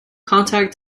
contact